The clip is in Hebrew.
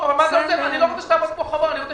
אמרתי לו שאת מה שצריך להעביר לתקנה הוא יעביר